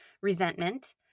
resentment